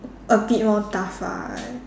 a bit more tough ah